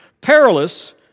perilous